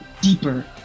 deeper